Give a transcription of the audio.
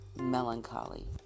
melancholy